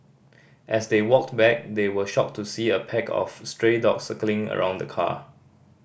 as they walked back they were shocked to see a pack of stray dogs circling around the car